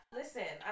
listen